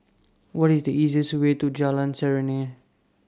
What IS The easiest Way to Jalan Serene